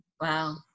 Wow